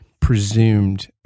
presumed